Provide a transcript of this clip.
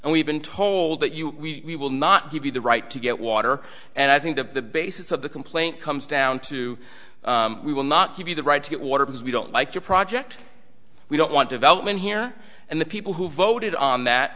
and we've been told that you we will not give you the right to get water and i think that the basis of the complaint comes down to we will not give you the right to get water because we don't like your project we don't want development here and the people who voted on that